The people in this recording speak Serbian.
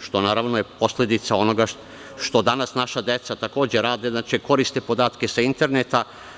što je naravno posledica onoga što danas naša deca takođe rade - koriste podatke sa interneta.